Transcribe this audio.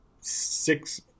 six